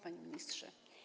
Panie Ministrze!